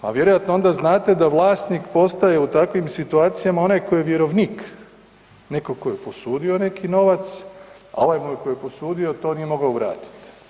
Pa vjerojatno onda znate da vlasnik postaje u takvim situacijama onaj koji je vjerovnik, neko ko je posudio neki novac, a ovaj koji mu je posudio to nije mogao vratiti.